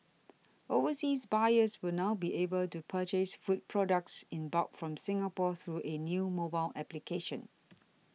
overseas buyers will now be able to purchase food products in bulk from Singapore through a new mobile application